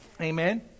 Amen